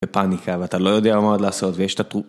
בפאניקה ואתה לא יודע מה עוד לעשות ויש...